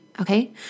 Okay